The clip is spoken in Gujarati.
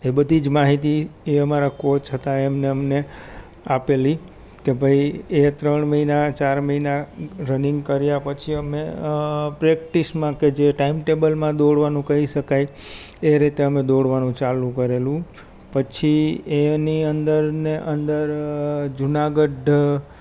એ બધી જ માહિતી એ અમારા કોચ હતા એમને અમને આપેલી કે ભઈ એ ત્રણ મહિના ચાર મહિના રનિંગ કર્યા પછી અમે પ્રેક્ટિસમાં જે ટાઈમ ટેબલમાં દોડવાનું કહી શકાય એ રીતે અમે દોડવાનું ચાલુ કરેલું પછી એની અંદર ને અંદર જુનાગઢ